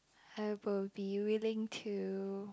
I will be willing to